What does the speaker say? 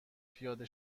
پیاده